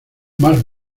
más